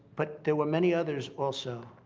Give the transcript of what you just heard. but there were many others also.